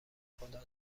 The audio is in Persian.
خدا